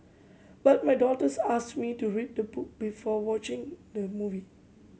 but my daughters asked me to read the book before watching the movie